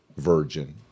Virgin